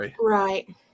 Right